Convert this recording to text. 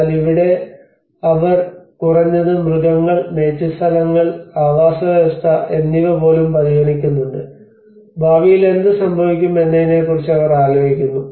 എന്നാൽ ഇവിടെ അവർ കുറഞ്ഞത് മൃഗങ്ങൾ മേച്ചിൽസ്ഥലങ്ങൾ ആവാസവ്യവസ്ഥ എന്നിവപോലും പരിഗണിക്കുന്നുണ്ട് ഭാവിയിൽ എന്ത് സംഭവിക്കും എന്നതിനെക്കുറിച്ച് അവർ ആലോചിക്കുന്നു